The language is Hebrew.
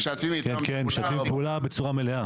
כן, משתפים פעולה בצורה מלאה.